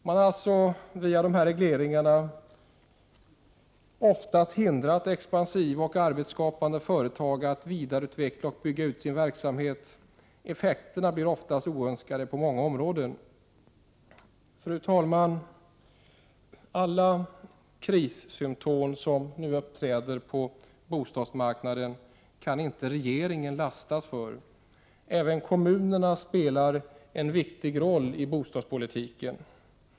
Man har alltså via dessa regleringar ofta hindrat expansiva och arbetsskapande företag att vidareutveckla och bygga ut sin verksamhet. Effekterna blir oftast oönskade på många områden. Fru talman! Alla krissymptom som nu uppträder på bostadsmarknaden kan inte regeringen lastas för. Även kommunerna spelar en viktig roll i bostadspolitiken.